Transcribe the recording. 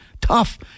tough